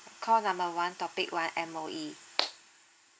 call number one topic one M_O_E